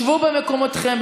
שבו במקומותיכם,